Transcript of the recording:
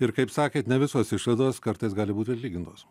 ir kaip sakėt ne visos išlaidos kartais gali būt atlygintos